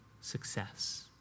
success